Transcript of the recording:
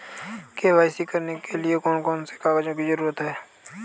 KYC करने के लिए कौन कौन से कागजों की जरूरत होती है?